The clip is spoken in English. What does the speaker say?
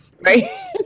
right